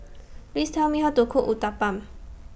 Please Tell Me How to Cook Uthapam